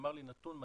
אמר לי נתון מדהים,